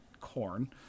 corn